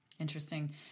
Interesting